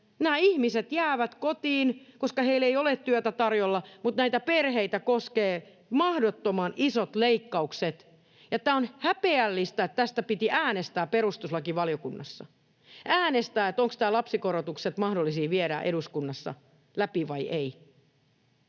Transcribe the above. nämä ihmiset jäävät kotiin, koska heille ei ole työtä tarjolla, mutta näitä perheitä koskee mahdottoman isot leikkaukset. Tämä on häpeällistä, että tästä piti äänestää perustuslakivaliokunnassa. Äänestää, ovatko nämä lapsikorotukset mahdollisia viedä eduskunnassa läpi vai eivät.